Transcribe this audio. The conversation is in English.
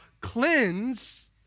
cleanse